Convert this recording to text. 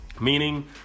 meaning